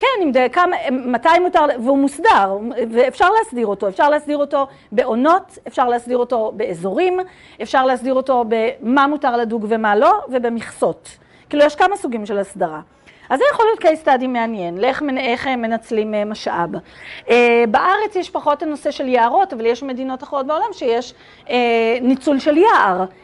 כן, מתי מותר, והוא מוסדר ואפשר להסדיר אותו. אפשר להסדיר אותו בעונות, אפשר להסדיר אותו באזורים, אפשר להסדיר אותו במה מותר לדוג ומה לא ובמכסות. כאילו, יש כמה סוגים של הסדרה. אז זה יכול להיות קייס סטאדי מעניין, לאיך הם מנצלים משאב. בארץ יש פחות הנושא של יערות, אבל יש מדינות אחרות בעולם שיש ניצול של יער.